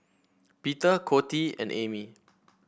Peter Coty and Amy